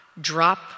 drop